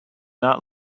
not